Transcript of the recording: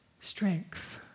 strength